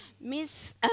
Miss